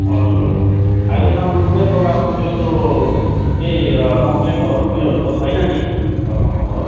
हजुर हजुर अहिलेसम्म कुनै प्रकारको त्यस्तो केही कम्प्लेनहरू उयोहरू त छैन नि कस्टमरबाट